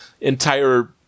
entire